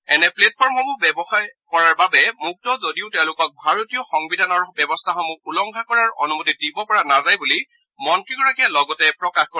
এনে গ্লেটফৰ্মসমূহ ব্যৱসায় কৰাৰ বাবে মুক্ত যদিও তেওঁলোকক ভাৰতীয় সংবিধানৰ ব্যৱস্থাসমূহ উলংঘা কৰাৰ অনুমতি দিব পৰা নাযায় বুলি মন্ত্ৰীগৰাকীয়ে লগতে প্ৰকাশ কৰে